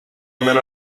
men